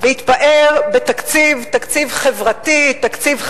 והתפאר בתקציב חברתי, תקציב חדשני,